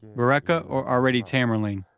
bereke ah or already tamerlane?